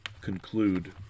conclude